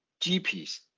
GPs